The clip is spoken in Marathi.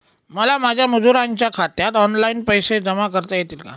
मला माझ्या मजुरांच्या खात्यात ऑनलाइन पैसे जमा करता येतील का?